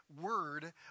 word